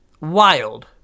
wild